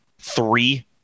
three